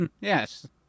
Yes